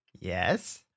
Yes